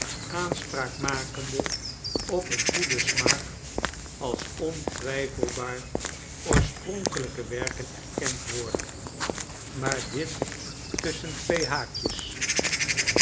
aanspraak makende op een goeden smaak als ontwijfelbaar oorspronkelijke werken erkend worden maar dit tusschen twee haakjes